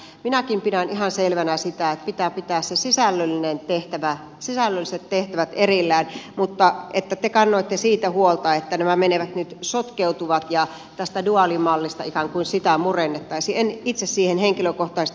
minäkin pidän ihan selvänä sitä että pitää pitää ne sisällölliset tehtävät erillään mutta kun te kannoitte siitä huolta että nämä nyt sotkeutuvat ja tätä duaalimallia ikään kuin murennettaisiin itse en siihen henkilökohtaisesti usko